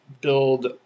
build